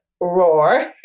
roar